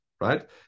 right